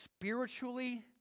spiritually